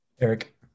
Eric